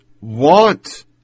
want